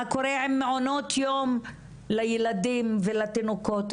מה קורה עם מעונות יום לילדים ולתינוקות,